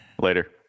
Later